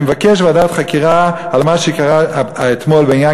אני מבקש ועדת חקירה על מה שקרה אתמול בעניין